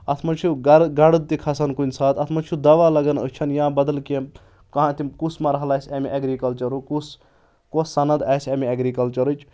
اَتھ منٛز چھُ گرٕ گَڑٕ تہِ کھَسان کُنہِ ساتہٕ اَتھ منٛز چھُ دَوا لَگَان أچھَن یا بَدل کینٛہہ کانٛہہ تِم کُس مَرحل آسہِ اَمہِ اؠگرِکَلچرُک کُس کۄس سَند آسہِ اَمہِ اؠگرِکَلچَرٕچ